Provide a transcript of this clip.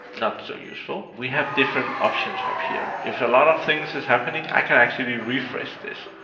not so useful. we have different options up here. if a lot of things is happening, i can actually refresh this,